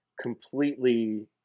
completely